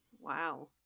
wow